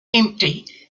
empty